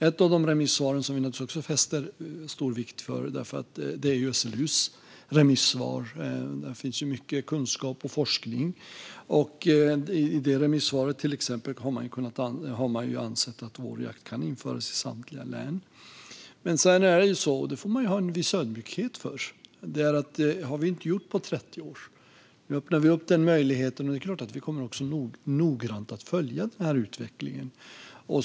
Ett av de remisssvar som vi fäster stor vikt vid är svaret från SLU. Där finns mycket kunskap och forskning. I det remissvaret anser man att vårjakt kan införas i samtliga län. Man får dock ha en viss ödmjukhet för att vi inte har gjort detta på 30 år. Nu öppnar vi upp denna möjlighet, och det är klart att vi noggrant kommer att följa utvecklingen.